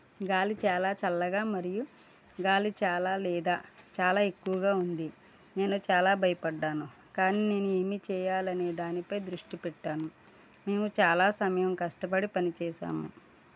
గాలి చాలా చల్లగా మరియు గాలి చాలా లేదా చాలా ఎక్కువగా ఉంది నేను చాలా భయపడ్డాను కానీ నేను ఏమి చేయాలి అనే దానిపై దృష్టి పెట్టాను మేము చాలా సమయం కష్టపడి పని చేసాము